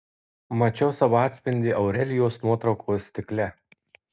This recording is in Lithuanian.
mačiau savo atspindį aurelijos nuotraukos stikle